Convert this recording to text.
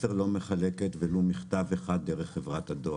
חברת מסר לא מחלקת ולו מכתב אחד דרך חברת הדואר.